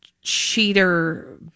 Cheater